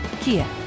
Kia